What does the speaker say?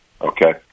Okay